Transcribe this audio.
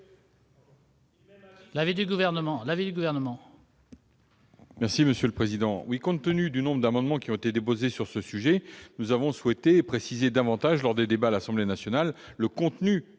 l'avis du Gouvernement